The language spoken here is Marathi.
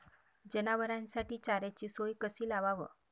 जनावराइसाठी चाऱ्याची सोय कशी लावाव?